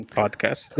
podcast